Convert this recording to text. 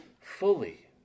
fully